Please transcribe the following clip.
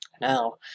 Now